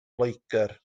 loegr